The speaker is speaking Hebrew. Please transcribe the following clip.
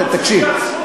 אתה תקשיב.